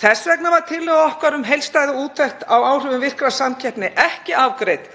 Þess vegna var tillaga okkar, um heildstæða úttekt á áhrifum virkrar samkeppni, ekki afgreidd